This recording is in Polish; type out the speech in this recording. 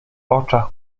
oczach